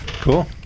Cool